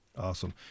Awesome